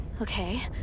Okay